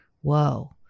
whoa